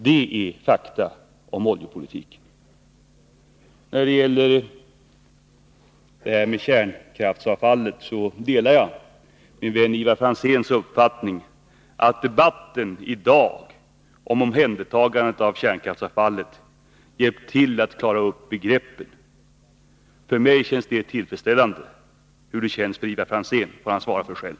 Det är fakta om oljepolitiken. När det gäller kärnkraftsavfallet delar jag min vän Ivar Franzéns uppfattning, att debatten i dag om omhändertagandet av kärnkraftsavfallet hjälpt till att klara ut begreppen. För mig känns detta tillfredsställande. Hur det känns för Ivar Franzén får han svara för själv.